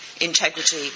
integrity